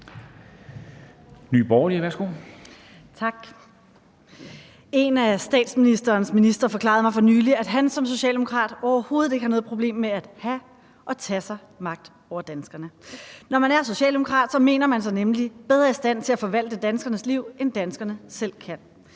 En af statsministerens ministre forklarede mig for nylig, at han som socialdemokrat overhovedet ikke har noget problem med at have og tage sig magt over danskerne. Når man er socialdemokrat, mener man sig nemlig bedre i stand til at forvalte danskernes liv, end danskerne selv kan.